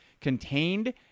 contained